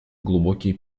глубокие